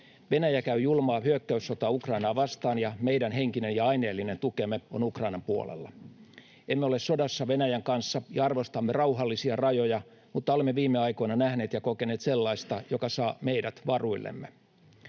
Venäjä käy julmaa hyökkäyssotaa Ukrainaa vastaan, ja meidän henkinen ja aineellinen tukemme on Ukrainan puolella. Emme ole sodassa Venäjän kanssa ja arvostamme rauhallisia rajoja, mutta olemme viime aikoina nähneet ja kokeneet sellaista, joka saa meidät varuillemme.